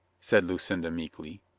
said lucinda meekly.